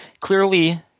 Clearly